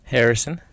Harrison